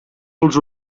els